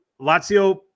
Lazio